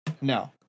No